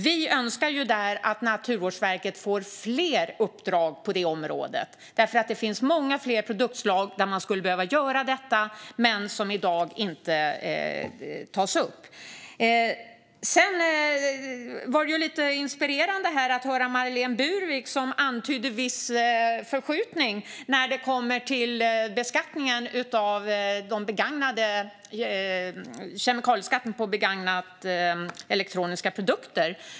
Vi önskar att Naturvårdsverket får fler uppdrag på det området, för det finns många fler produktslag som man skulle behöva göra detta med men som i dag inte tas upp. Det var lite inspirerande att höra Marlene Burwick antyda en viss förskjutning när det gäller kemikalieskatten på begagnade elektroniska produkter.